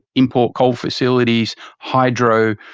import coal facilities, hydro,